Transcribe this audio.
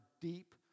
deep